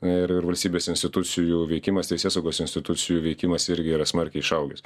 ir ir valstybės institucijų veikimas teisėsaugos institucijų veikimas irgi yra smarkiai išaugęs